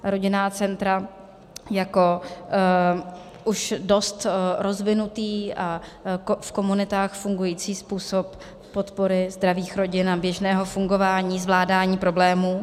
Rodinná centra jako už dost rozvinutý a v komunitách fungující způsob podpory zdravých rodin a běžného fungování, zvládání problémů.